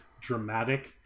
dramatic